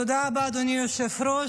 תודה רבה, אדוני היושב-ראש.